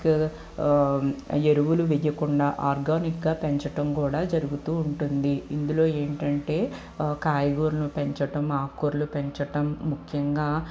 ఎరువులు వేయకుండా ఆర్గానిక్గా పెంచడం కూడ జరుగుతూ ఉంటుంది ఇందులో ఏంటంటే కాయగూరలు పెంచటం ఆకూరలు పెంచటం ముఖ్యంగా